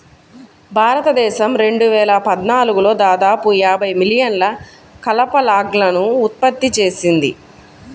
భారతదేశం రెండు వేల పద్నాలుగులో దాదాపు యాభై మిలియన్ల కలప లాగ్లను ఉత్పత్తి చేసింది